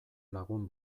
lagun